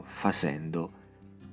facendo